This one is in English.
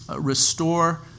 restore